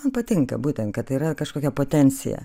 man patinka būtent kad yra kažkokia potencija